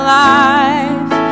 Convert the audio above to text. life